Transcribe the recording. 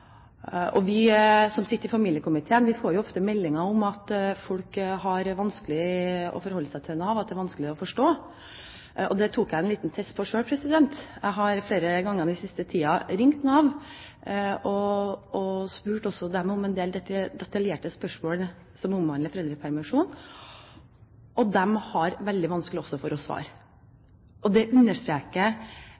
foreldrene. Vi som sitter i familiekomiteen, får ofte meldinger om at folk har vanskeligheter med å forholde seg til Nav, at systemet er vanskelig å forstå. Det tok jeg en liten test på selv. Jeg har flere ganger den siste tiden ringt Nav og spurt detaljerte spørsmål som omhandler foreldrepermisjon. De har veldig vanskelig for å svare.